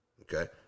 Okay